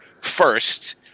first